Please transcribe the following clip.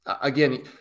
again –